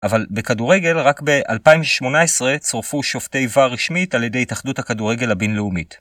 אבל בכדורגל רק ב-2018 צורפו שופטי vr רשמית על ידי תחרות הכדורגל הבינלאומית.